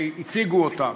שהציגו אותם,